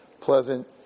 pleasant